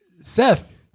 Seth